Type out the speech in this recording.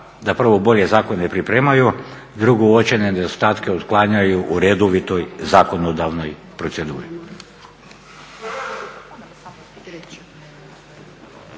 da prvo bolje zakone pripremaju, druge uočene nedostatke otklanjaju u redovitoj zakonodavnoj proceduri.